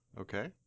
Okay